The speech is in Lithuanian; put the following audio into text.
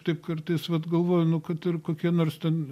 taip kartais vat galvoju nu kad ir kokie nors ten